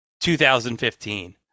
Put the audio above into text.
2015